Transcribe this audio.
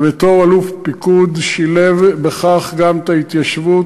ובתור אלוף פיקוד שילב בכך גם את ההתיישבות,